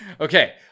Okay